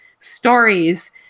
stories